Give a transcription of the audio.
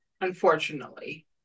unfortunately